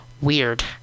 weird